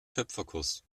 töpferkurs